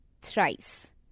Thrice